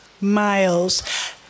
miles